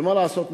מה לעשות?